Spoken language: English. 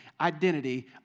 identity